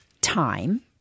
time